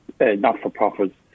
not-for-profit